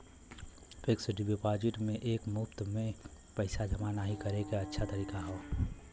fixed deposit में एक मुश्त में पइसा जमा नाहीं करे क अच्छा तरीका हौ